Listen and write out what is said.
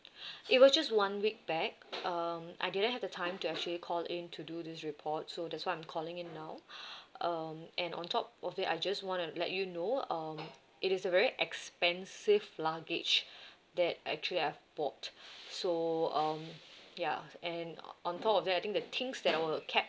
it was just one week back um I didn't have the time to actually call in to do this report so that's why I'm calling in now um and on top of it I just want to let you know um it is a very expensive luggage that actually I have bought so um ya and on top of that I think the things that were kept